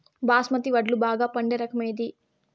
బాస్మతి వడ్లు బాగా పండే రకం ఏది